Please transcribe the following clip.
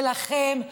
שלכם,